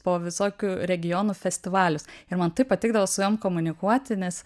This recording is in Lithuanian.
po visokių regionų festivalius ir man tai patikdavo su jom komunikuoti nes